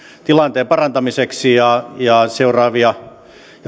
tilanteen parantamiseksi ja seuraavia